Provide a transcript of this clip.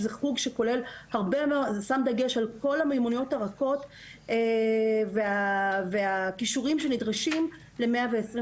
שזה חוג ששם דגש על כל המיומנויות הרכות והכישורים שנדרשים למאה ה-21